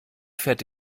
fährt